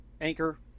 Anchor